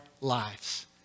lives